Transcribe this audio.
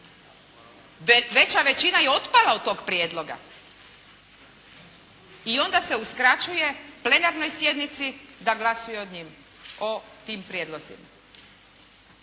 Veća većina je i otpala od tog prijedloga. I onda se uskraćuje Plenarnoj sjednici da glasuje o njima, o tim prijedlozima.